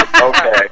Okay